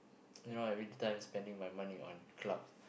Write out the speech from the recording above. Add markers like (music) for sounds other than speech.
(noise) you know every time spending my money on clubs